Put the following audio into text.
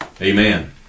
amen